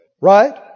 Right